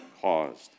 caused